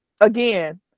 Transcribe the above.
Again